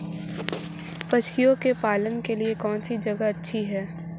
पशुओं के पालन के लिए कौनसी जगह अच्छी है?